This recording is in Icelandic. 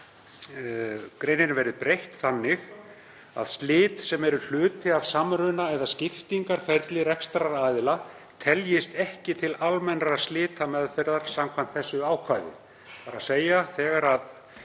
greininni verði breytt þannig að slit sem eru hluti af samruna- eða skiptingarferli rekstraraðila teljist ekki til almennrar slitameðferðar samkvæmt þessu ákvæði.